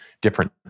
different